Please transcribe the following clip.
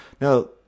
Now